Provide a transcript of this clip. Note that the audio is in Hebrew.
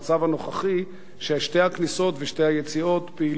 הנוכחי ששתי הכניסות ושתי היציאות פעילות.